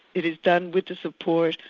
it is done with the support,